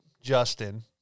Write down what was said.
Justin